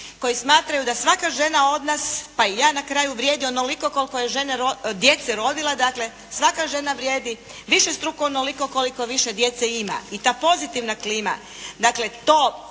koji smatraju da svaka žena od nas, pa i ja na kraju vrijedi onoliko koliko je djece rodila. Dakle svaka žena vrijedi višestruko onoliko koliko više djece ima i ta pozitivna klima. Dakle to,